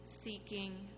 seeking